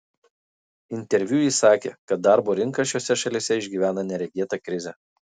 interviu ji sakė kad darbo rinka šiose šalyse išgyvena neregėtą krizę